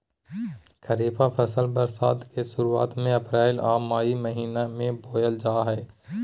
खरीफ फसल बरसात के शुरुआत में अप्रैल आ मई महीना में बोअल जा हइ